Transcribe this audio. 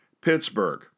Pittsburgh